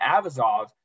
Avazov